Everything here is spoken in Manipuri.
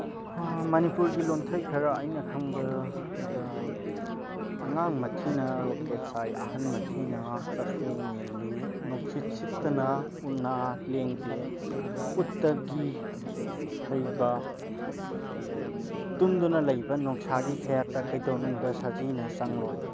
ꯃꯅꯤꯄꯨꯔꯒꯤ ꯂꯣꯟꯊꯩ ꯈꯔ ꯑꯩꯅ ꯈꯪꯕꯗ ꯑꯉꯥꯡ ꯃꯊꯤꯅ ꯔꯣꯀꯦꯠ ꯁꯥꯏ ꯑꯍꯟ ꯃꯊꯤꯅ ꯆꯐꯨ ꯃꯦꯜꯂꯤ ꯅꯨꯡꯁꯤꯠ ꯁꯤꯠꯇꯅ ꯎꯅꯥ ꯂꯦꯡꯗꯦ ꯎꯠꯇ ꯘꯤ ꯍꯩꯕ ꯇꯨꯝꯗꯨꯅ ꯂꯩꯕ ꯅꯣꯡꯁꯥꯒꯤ ꯈꯌꯥꯠꯇ ꯀꯩꯗꯧꯅꯨꯡꯗ ꯁꯖꯤꯅ ꯆꯪꯂꯣꯏ